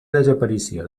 desaparició